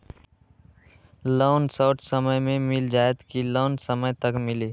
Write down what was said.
Loan short समय मे मिल जाएत कि लोन समय तक मिली?